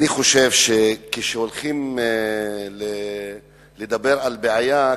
אני חושב שכשהולכים לדבר על בעיה,